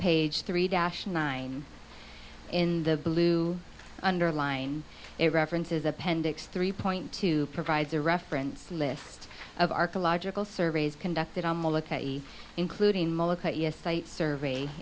page three dash nine in the blue underline it references appendix three point two provides a reference list of archaeological surveys conducted on including a site survey